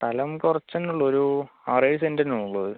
സ്ഥലം കുറച്ചുതന്നെ ഉള്ളൂ ഒരു ആറേഴ് സെന്റിനേ ഉള്ളൂ അത്